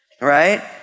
Right